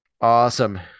Awesome